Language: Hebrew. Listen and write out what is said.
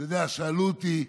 אתה יודע, שאלו אותי,